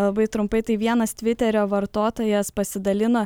labai trumpai tai vienas tviterio vartotojas pasidalino